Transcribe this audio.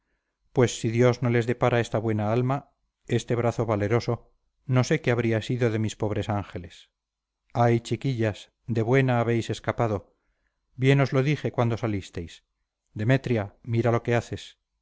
pues si dios no les depara esta buena alma este brazo valeroso no sé qué habría sido de mis pobres ángeles ay chiquillas de buena habéis escapado bien os lo dije cuando salisteis demetria mira lo que haces